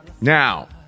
Now